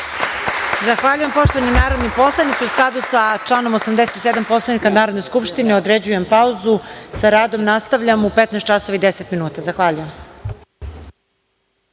Zahvaljujem. Poštovani narodni poslanici, u skladu sa članom 87. Poslovnika Narodne skupštine određujem pauzu. Sa radom nastavljamo u 15.10 časova. Zahvaljujem.(Posle